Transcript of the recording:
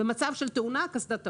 במצב של תאונה, הקסדה תעוף.